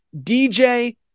DJ